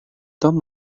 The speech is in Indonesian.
tom